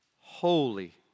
holy